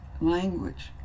language